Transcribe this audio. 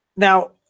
Now